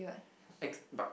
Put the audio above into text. ex but